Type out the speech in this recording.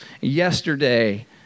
Yesterday